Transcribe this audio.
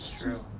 true.